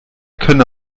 können